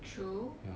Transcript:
true